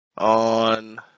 on